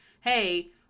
hey